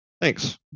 Thanks